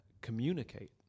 communicate